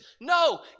no